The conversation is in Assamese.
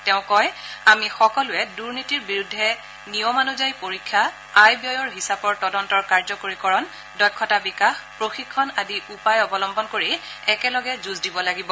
তেওঁ কয় আমি সকলোৱে দুনীতিৰ বিৰুদ্ধে নিয়মানুযায়ী পৰীক্ষা আয় ব্যয়ৰ হিচাপৰ তদন্তৰ কাৰ্যকৰীকৰণ দক্ষতা বিকাশ প্ৰশিক্ষণ আদি উপায় অৱলম্বন কৰি একেলগে যুঁজ দিব লাগিব